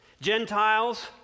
Gentiles